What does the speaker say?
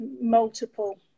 multiple